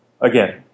Again